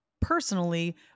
personally